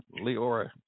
Leora